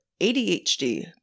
ADHD